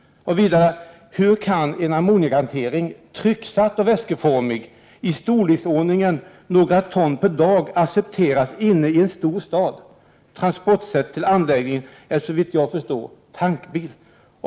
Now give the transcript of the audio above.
—- Hur kan ammoniakhantering i storleksordningen några ton per dag accepteras inne i en stor stad? Transportsätt till anläggningen är såvitt jag förstår tankbil.